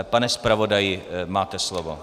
Pane zpravodaji, máte slovo.